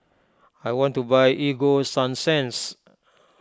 I want to buy Ego Sunsense